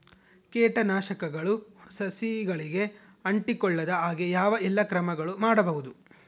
ಕೇಟನಾಶಕಗಳು ಸಸಿಗಳಿಗೆ ಅಂಟಿಕೊಳ್ಳದ ಹಾಗೆ ಯಾವ ಎಲ್ಲಾ ಕ್ರಮಗಳು ಮಾಡಬಹುದು?